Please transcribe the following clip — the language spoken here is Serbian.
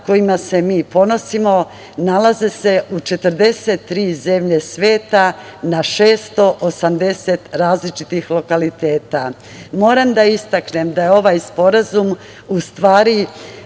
kojima se mi ponosimo nalaze se u 43 zemlje sveta na 680 različitih lokaliteta. Moram da istaknem da je ovaj sporazum u stvari